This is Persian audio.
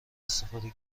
استفاده